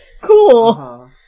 Cool